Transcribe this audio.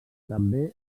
també